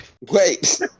Wait